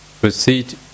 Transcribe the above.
proceed